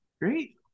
Great